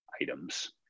items